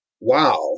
wow